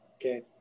Okay